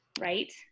right